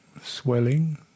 swelling